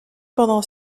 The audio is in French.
pendant